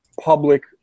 public